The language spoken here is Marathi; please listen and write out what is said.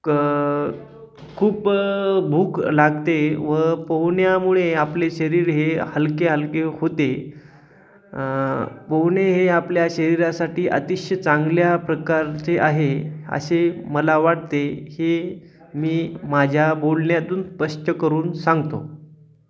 क खूप भूक लागते व पोहण्यामुळे आपले शरीर हे हलके हलके होते पोहणे हे आपल्या शरीरासाठी अतिशय चांगल्या प्रकारचे आहे असे मला वाटते हे मी माझ्या बोलण्यातून स्पष्ट करून सांगतो